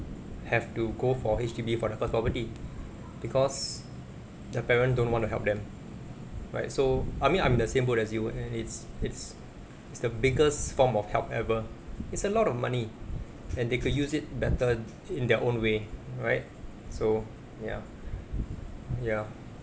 have to go for H_D_B for their first property because their parents don't want to help them right so I mean I'm in the same boat as you uh it's it's it's the biggest form of help ever it's a lot of money and they could use it better in their own way right so ya ya